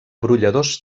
brolladors